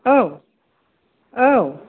औ औ